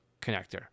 connector